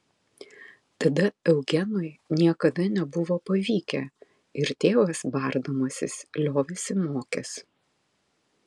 tada eugenui niekada nebuvo pavykę ir tėvas bardamasis liovėsi mokęs